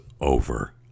over